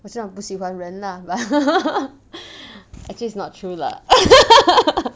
我知道你不喜欢人啦 but actually it's not true lah